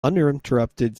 uninterrupted